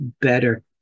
better